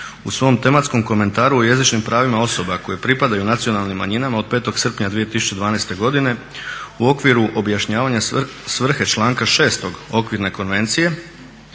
u svom tematskom komentaru o jezičnim pravima osoba koje pripadaju nacionalnim manjinama od 5. srpnja 2012. godine u okviru objašnjavanja svrhe članka 6. Okvirne konvencije